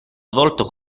svolto